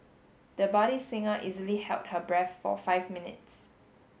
the budding singer easily held her breath for five minutes